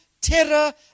terror